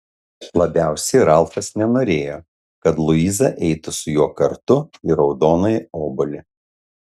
labiausiai ralfas nenorėjo kad luiza eitų su juo kartu į raudonąjį obuolį